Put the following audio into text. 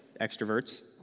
extroverts